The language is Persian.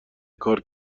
کار